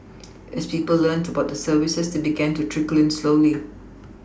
as people learnt about the services they began to trickle in slowly